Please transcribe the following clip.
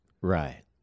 Right